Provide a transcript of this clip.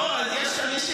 אוה, אז יש חמישי.